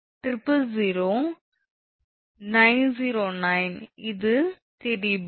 000909 இது திரிபு